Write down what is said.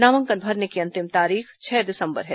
नामांकन भरने की अंतिम तारीख छह दिसंबर है